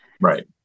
Right